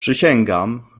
przysięgam